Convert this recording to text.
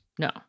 No